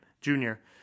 junior